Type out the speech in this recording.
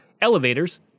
elevators